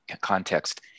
context